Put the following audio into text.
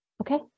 Okay